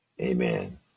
Amen